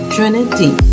Trinity